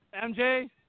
MJ